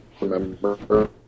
remember